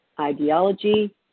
ideology